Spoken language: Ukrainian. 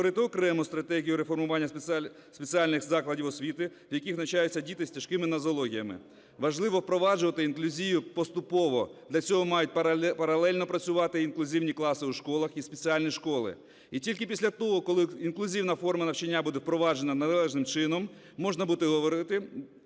Важливо впроваджувати інклюзію поступово. Для цього мають паралельно працювати інклюзивні класи у школах і спеціальні школи. І тільки після того, коли інклюзивна форма навчання буде впроваджена належним чином, можна буде говорити про припинення